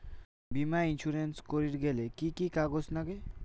বীমা ইন্সুরেন্স করির গেইলে কি কি কাগজ নাগে?